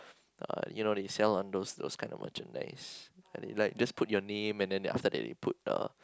uh you know they sell on those those kind of merchandise like just put your name and then after that they put the